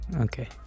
okay